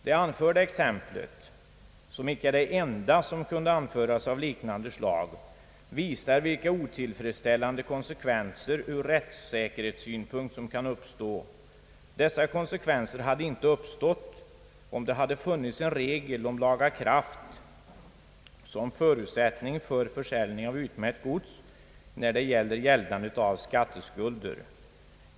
Det anförda exemplet — som icke är det enda som kunde anföras av liknande slag — visar vilka otillfredsställande konsekvenser ur rättssäkerhetssynpunkt som kan uppstå. Dessa konsekvenser hade inte uppstått om det hade funnits en regel om laga kraft som förutsättning för försäljning av utmätt gods när det gäller gäldandet av skatteskulder.